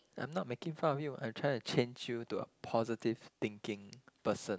I'm not making fun of you I'm trying to change you to a positive thinking person